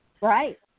Right